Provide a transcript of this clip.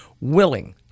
willing